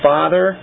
Father